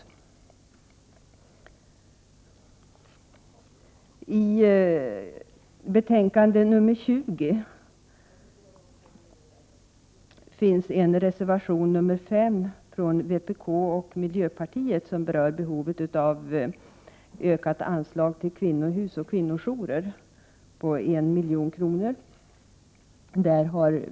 Till socialutskottets betänkande 20 har vpk och miljöpartiet avgett reservation 5, som rör behovet av en anslagsökning om 1 milj.kr. till kvinnohus och kvinnojourer.